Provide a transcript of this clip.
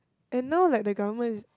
and now like the government is